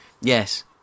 Yes